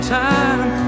time